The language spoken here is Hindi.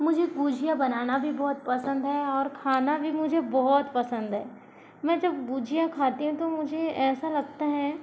मुझे गुजिया बनाना भी बहुत पसंद है और खाना भी मुझे बहुत पसंद है मैं जब गुजिया खाती हूँ तो मुझे ऐसा लगता है